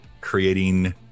creating